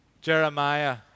Jeremiah